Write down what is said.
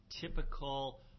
typical